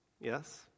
Yes